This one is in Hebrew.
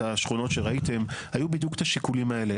השכונות שראיתם היו בדיוק את השיקולים האלה.